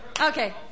Okay